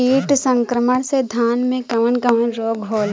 कीट संक्रमण से धान में कवन कवन रोग होला?